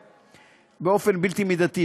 באופן בלתי מידתי,